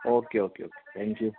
okay okay okay thank you